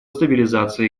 стабилизации